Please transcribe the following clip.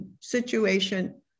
situation